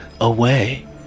away